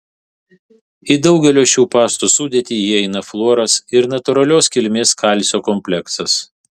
į daugelio šių pastų sudėtį įeina fluoras ir natūralios kilmės kalcio kompleksas